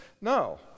No